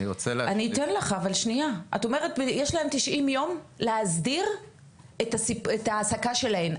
את אומרת שיש להן 90 יום להסדיר את מקום העבודה שלהן,